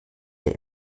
der